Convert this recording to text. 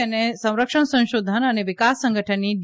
તેને સંરક્ષણ સંશોધન અને વિકાસ સંગઠન ડી